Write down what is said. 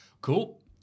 cool